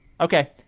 Okay